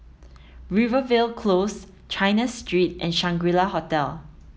Rivervale Close China Street and Shangri La Hotel